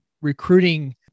recruiting